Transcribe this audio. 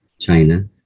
China